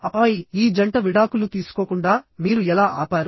ఆపై ఈ జంట విడాకులు తీసుకోకుండా మీరు ఎలా ఆపారు